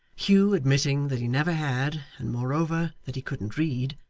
hugh admitting that he never had, and moreover that he couldn't read,